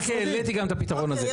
אני מסכים, רק העליתי גם את הפתרון הזה.